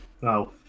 No